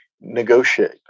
negotiate